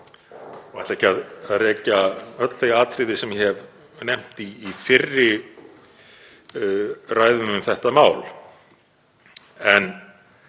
Ég ætla ekki að rekja öll þau atriði sem ég hef nefnt í fyrri ræðum um þetta mál. En